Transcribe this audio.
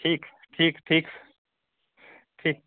ठीक ठीक ठीक ठीक